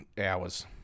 hours